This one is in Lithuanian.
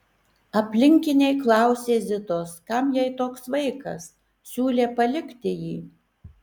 aplinkiniai klausė zitos kam jai toks vaikas siūlė palikti jį